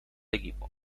equipo